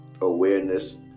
awareness